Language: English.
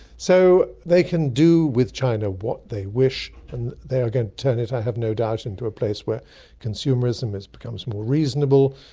so they can do with china what they wish and they are going to turn it, i have no doubt, into a place where consumerism becomes more reasonable,